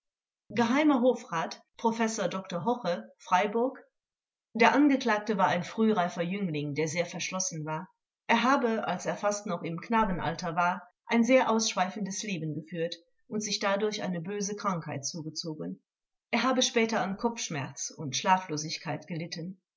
hofrat prof dr hoche freiburg der angeklagte war ein frühreifer jüngling der sehr verschlossen war er habe als er fast noch im knabenalter war ein sehr ausschweifendes leben geführt und sich dadurch eine böse krankheit zugezogen er habe später an kopfschmerz und schlaflosigkeit gelitten